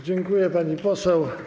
Dziękuję, pani poseł.